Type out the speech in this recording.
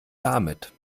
damit